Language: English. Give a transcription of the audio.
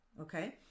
okay